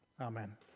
Amen